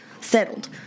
settled